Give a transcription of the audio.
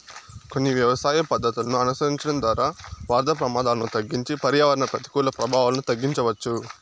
కొన్ని వ్యవసాయ పద్ధతులను అనుసరించడం ద్వారా వరద ప్రమాదాలను తగ్గించి పర్యావరణ ప్రతికూల ప్రభావాలను తగ్గించవచ్చు